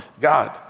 God